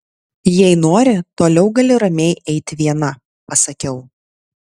jei nori toliau gali ramiai eiti viena pasakiau